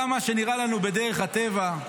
גם מה שנראה לנו בדרך הטבע,